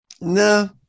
no